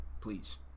please